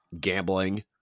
gambling